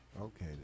okay